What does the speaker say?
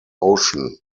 ocean